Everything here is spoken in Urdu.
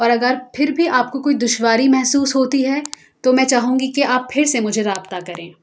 اور اگر پھر بھی آپ کو کوئی دشواری محسوس ہوتی ہے تو میں چاہوں گی کہ آپ پھر سے مجھے رابطہ کریں